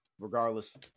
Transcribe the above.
regardless